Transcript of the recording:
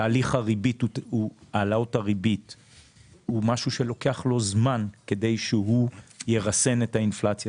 תהליך העלאת הריבית זה משהו שלוקח לו זמן כדי שהוא ירסן את האינפלציה.